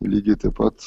lygiai taip pat